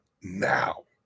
now